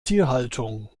tierhaltung